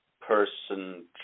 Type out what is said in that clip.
person